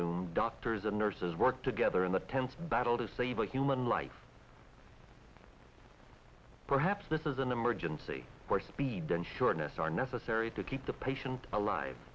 room doctors and nurses work together in a tense battle to save a human life perhaps this is an emergency where speed then shortness are necessary to keep the patient alive